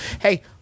hey